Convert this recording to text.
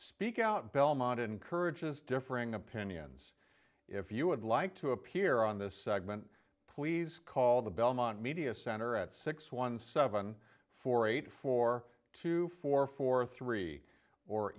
speakout belmont encourages differing opinions if you would like to appear on this segment please call the belmont media center at six one seven four eight four two four four three or